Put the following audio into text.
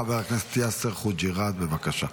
חבר הכנסת יאסר חוג'יראת, בבקשה.